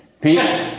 Pete